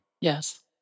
Yes